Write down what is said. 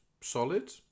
Solid